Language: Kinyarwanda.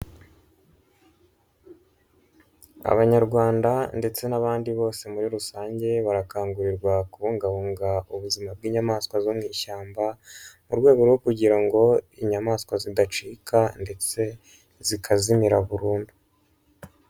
Abanyarwanda ndetse n'abandi bose muri rusange barakangurirwa kubungabunga ubuzima bw'inyamaswa zo mu ishyamba, mu rwego rwo kugira ngo inyamaswa zidacika ndetse zikazimira burundu.